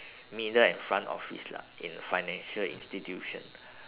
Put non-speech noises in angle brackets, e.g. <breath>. middle and front office lah in a financial institution <breath>